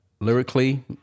lyrically